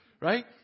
right